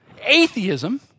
Atheism